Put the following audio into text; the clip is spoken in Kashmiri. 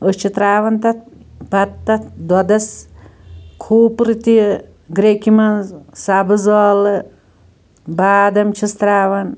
أسۍ چھِ ترٛاوان تتھ پَتہٕ تتھ دۄدَس کھوٗپرٕ تہِ گریٚکہِ مَنٛز سبز ٲلہٕ بادام چھِس ترٛاوان